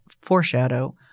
foreshadow